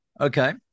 Okay